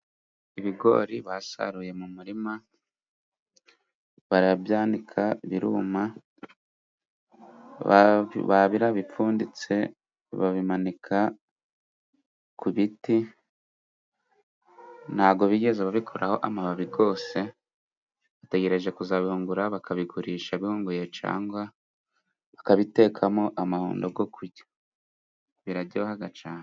Ibigori basaruye mu murima barabyanika biruma barabipfunditse babimanika ku biti, nta go bigeze babikuraho amababi gose bategereje kuzabihungura bakabigurisha bihunguye, cangwa bakabitekamo amahundo go kujya birajyohaga cane.